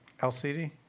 LCD